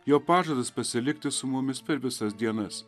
jo pažadas pasilikti su mumis per visas dienas